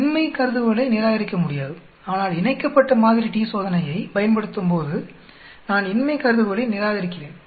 இன்மை கருதுகோளைநிராகரிக்க முடியாது ஆனால் இணைக்கப்பட்ட t சோதனையை பயன்படுத்தும்போது நான் இன்மை கருதுகோளை நிராகரிக்கிறேன்